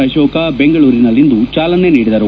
ಅಶೋಕ ಬೆಂಗಳೂರಿನಲ್ಲಿಂದು ಚಾಲನೆ ನೀಡಿದರು